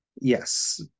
yes